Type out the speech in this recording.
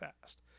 fast